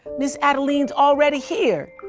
miz adeline's already here.